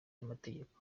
y’amategeko